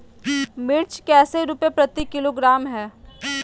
मिर्च कैसे रुपए प्रति किलोग्राम है?